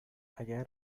اگه